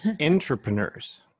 Entrepreneurs